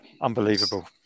Unbelievable